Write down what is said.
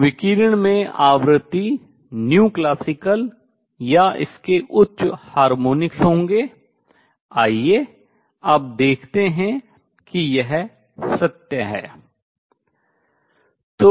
तो विकिरण में आवृत्ति classical या इसके उच्च हार्मोनिक्स होंगे आइए अब देखते हैं कि यह सत्य है